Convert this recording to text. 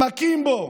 מכים בו,